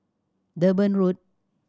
Durban Road